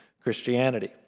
Christianity